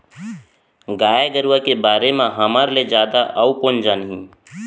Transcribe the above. गाय गरूवा के बारे म हमर ले जादा अउ कोन जानही